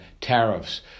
tariffs